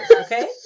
Okay